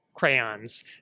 crayons